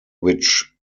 which